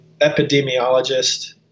epidemiologist